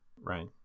Right